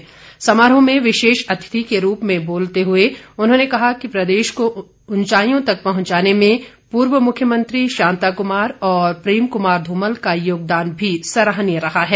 शिमला में राज्य स्तरीय समारोह में विशेष अतिथि के रूप में बोलते हुए उन्होंने कहा कि प्रदेश को ऊंचाईयों तक पहुंचाने में पूर्व मुख्यमंत्री शांताकुमार और प्रेम कुमार धूमल का योगदान भी सराहनीय रहा है